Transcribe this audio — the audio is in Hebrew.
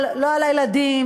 לא על הילדים,